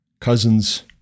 cousins